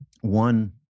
one